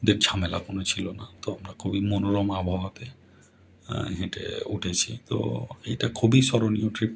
দের ঝামেলা কোনো ছিল না তো আমরা খুবই মনোরম আবহাওয়াতে হেঁটে উঠেছি তো এটা খুবই স্মরণীয় ট্রিপ